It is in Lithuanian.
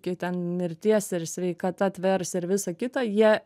iki ten mirties ir sveikata tvers ir visa kita jie